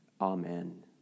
Amen